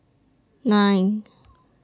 nine